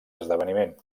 esdeveniment